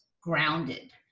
grounded